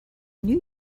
knew